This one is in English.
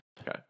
Okay